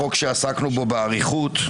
לחוק שעסקנו בו באריכות,